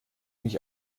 mich